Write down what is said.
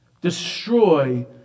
Destroy